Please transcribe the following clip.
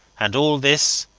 and all this,